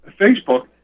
Facebook